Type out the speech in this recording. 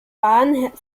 bahn